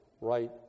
right